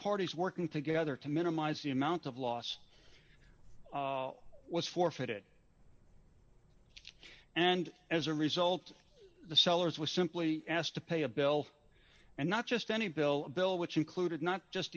parties working together to minimize the amount of loss was forfeited and as a result the sellers were simply asked to pay a bill and not just any bill bill which included not just